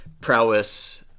prowess